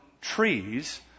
trees